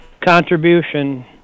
contribution